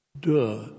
Duh